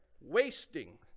Wasting